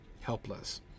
helpless